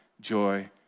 joy